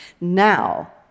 now